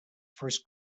first